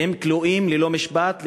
והם כלואים ללא משפט,